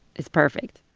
it's perfect